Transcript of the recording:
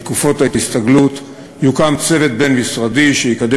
בתקופות ההסתגלות יוקם צוות בין-משרדי שיקדם